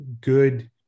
good